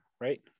right